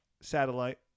satellite